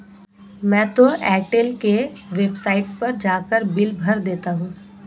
मैं तो एयरटेल के वेबसाइट पर जाकर बिल भर देता हूं